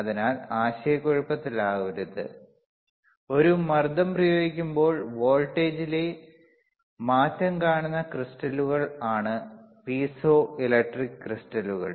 അതിനാൽ ആശയക്കുഴപ്പത്തിലാകരുത് ഒരു മർദ്ദം പ്രയോഗിക്കുമ്പോൾ വോൾട്ടേജിലെ മാറ്റം കാണുന്ന ക്രിസ്റ്റലുകൾ ആണ് പീസോ ഇലക്ട്രിക് ക്രിസ്റ്റലുകൾ